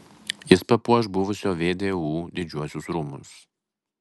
jis papuoš buvusio vdu didžiuosius rūmus